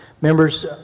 Members